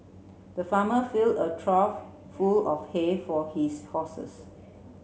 the farmer fill a trough full of hay for his horses